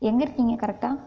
எங்கே இருக்கீங்க கரெக்டாக